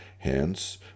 Hence